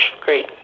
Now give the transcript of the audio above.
great